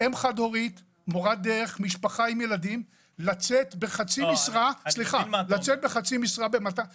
איזו אם חד-הורית שהיא מורת דרך יכולה לצאת בחצי משרה עבור 2,500 שקלים?